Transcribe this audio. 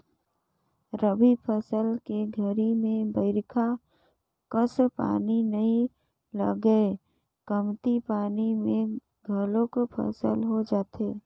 रबी फसल के घरी में बईरखा कस पानी नई लगय कमती पानी म घलोक फसल हो जाथे